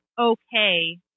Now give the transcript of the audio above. okay